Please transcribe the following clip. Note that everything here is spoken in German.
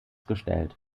gestellt